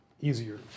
Easier